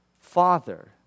father